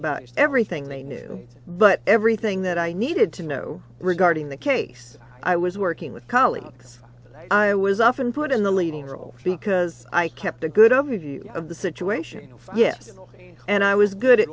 about everything they knew but everything that i needed to know regarding the case i was working with colleagues i was often put in the leading role because i kept a good overview of the situation yes and i was good at